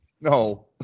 no